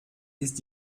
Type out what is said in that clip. ist